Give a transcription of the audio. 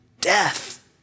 death